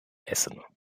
essen